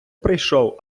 прийшов